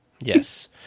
Yes